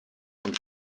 und